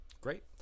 great